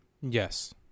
Yes